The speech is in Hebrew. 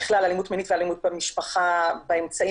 בכלל אלימות מינית ואלימות במשפחה באמצעים